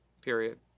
period